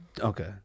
Okay